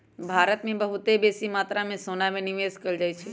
भारत में बहुते बेशी मत्रा में सोना में निवेश कएल जाइ छइ